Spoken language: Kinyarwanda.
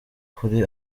kuri